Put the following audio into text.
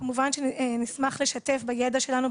כמובן שנשמח לשתף בידע שלנו,